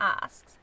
asks